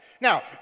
Now